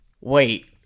wait